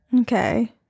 Okay